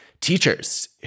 teachers